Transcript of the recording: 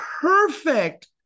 perfect